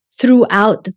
throughout